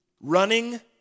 Running